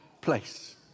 place